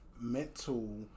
mental